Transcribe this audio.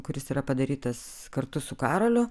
kuris yra padarytas kartu su karoliu